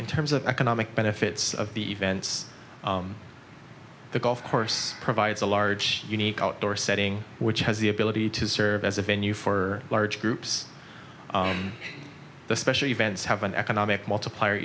in terms of economic if it's of the events the golf course provides a large unique outdoor setting which has the ability to serve as a venue for large groups the special events have an economic multiplier